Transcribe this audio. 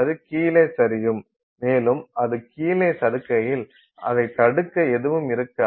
அது கீழே சரியும் மேலும் அது கீழே சறுக்குகையில் அதைத் தடுக்க எதுவும் இருக்காது